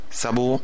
sabu